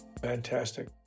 Fantastic